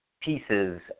pieces